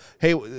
hey